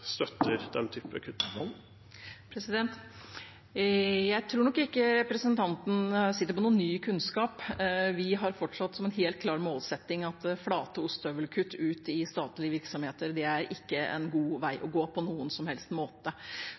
støtter den typen kutt? Jeg tror nok ikke at representanten sitter på noen ny kunnskap. Vi har fortsatt som en helt klar målsetting at flate ostehøvelkutt i statlige virksomheter ikke er en god vei å gå på noen som helst måte.